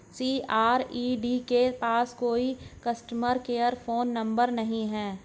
CRED के पास कोई कस्टमर केयर फोन नंबर नहीं है